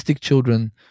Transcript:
children